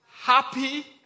happy